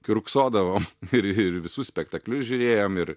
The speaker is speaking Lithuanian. kiurksodavom ir ir visus spektaklius žiūrėjom ir